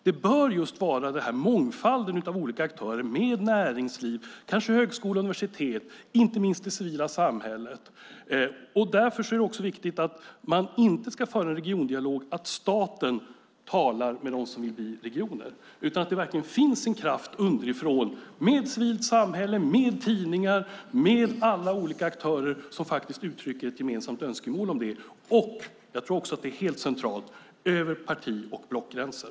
Det bör vara en mångfald av olika aktörer, med näringsliv, kanske högskola och universitet och inte minst det civila samhället. Därför är det viktigt att man inte ska föra regiondialog så att staten talar med dem som vill bli regioner, utan det ska verkligen finnas en kraft underifrån med civilt samhälle, tidningar, alla olika aktörer som uttrycker ett gemensamt önskemål och, det är helt centralt, över parti och blockgränser.